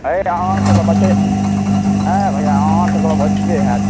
हए अहाँ सब कऽ बचै हए भैआ अहाँ सब कऽ तऽ बचते होएत